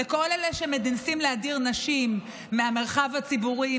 לכל אלה שמנסים להדיר נשים מהמרחב הציבורי,